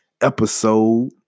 episode